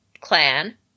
clan